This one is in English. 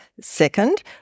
Second